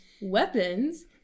weapons